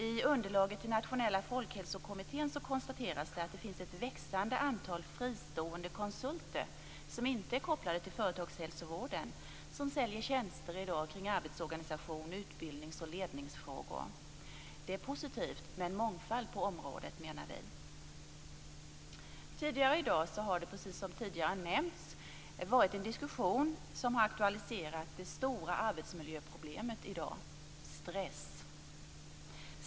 I underlaget till Nationella folkhälsokommitténs betänkande konstateras att det finns ett växande antal fristående konsulter som inte är kopplade till företagshälsovården som i dag säljer tjänster kring arbetsorganisation, utbildnings och ledningsfrågor. Vi menar att det är positivt med mångfald på området. Tidigare i dag har det varit en diskussion som har aktualiserat det nya stora arbetsmiljöproblemet - stress.